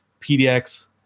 PDX